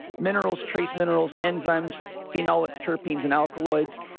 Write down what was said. minerals, trace minerals, enzymes, phenolic, terpenes and alkaloids.